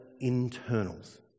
internals